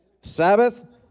Sabbath